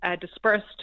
dispersed